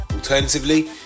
Alternatively